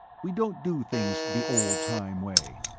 we don't do things the old time way.